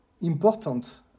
important